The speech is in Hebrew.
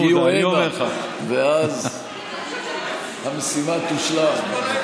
שיגיעו הנה ואז המשימה תושלם.